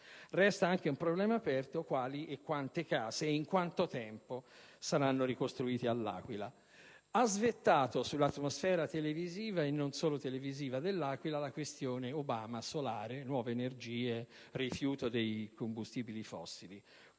Resta anche un problema aperto, quello di quali e quante case e in quanto tempo saranno ricostruite a L'Aquila. Ha svettato sull'atmosfera televisiva - e non solo televisiva - da L'Aquila la questione Obama-solare-nuove energie-rifiuto dei combustibili fossili.